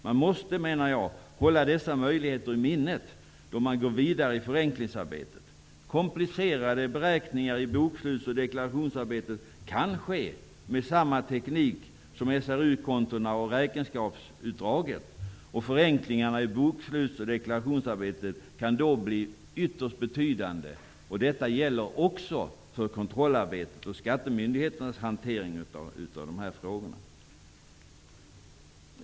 Man måste, menar jag, hålla dessa möjligheter i minnet då man går vidare i förenklingsarbetet. Komplicerade beräkningar i boksluts och deklarationsarbetet kan ske med samma teknik som SRU-kontona och räkenskapsutdragen, och förenklingarna i boksluts och deklarationsarbetet kan då bli ytterst betydande. Detta gäller också för kontrollarbetet och skattemyndigheternas hantering av de här frågorna.